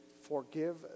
forgive